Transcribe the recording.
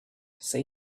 say